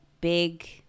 big